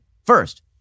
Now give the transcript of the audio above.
First